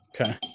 Okay